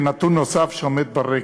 כנתון נוסף שעומד ברקע.